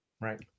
Right